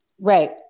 right